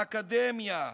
האקדמיה,